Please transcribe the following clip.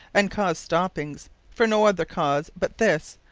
and cause stoppings for no other cause but this,